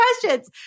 questions